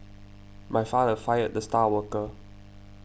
my father fired the star worker